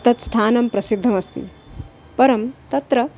तत् स्थानं प्रसिद्धमस्ति परं तत्र